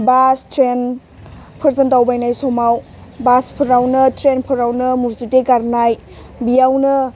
बास ट्रेइनफोरजों दावबायनाय समाव बासफोरावनो ट्रेइनफोरावनो मुजुदै गारनाय बेयावनो